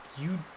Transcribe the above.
You-